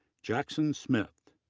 jackson smith,